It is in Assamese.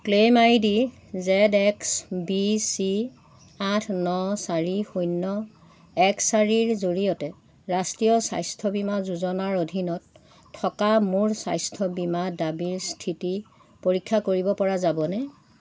claim I D Z X B C আঠ ন চাৰি শূন্য এক চাৰিৰ জৰিয়তে ৰাষ্ট্ৰীয় স্বাস্থ্য বীমা যোজনাৰ অধীনত থকা মোৰ স্বাস্থ্য বীমা দাবীৰ স্থিতি পৰীক্ষা কৰিবপৰা যাবনে